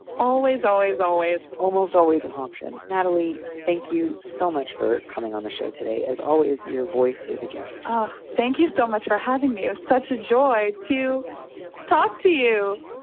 always, always, always almost always an option. natalie, thank you so much for coming on the show today. as always, your voice is a gift but thank you so much for having me. was ah such a joy to talk to you.